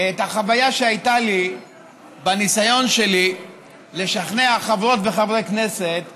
את החוויה שהייתה לי בניסיון שלי לשכנע חברות וחברי כנסת ושרים,